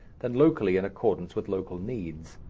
than locally in accordance with local needs.